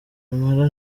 impala